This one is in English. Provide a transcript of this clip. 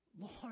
Lord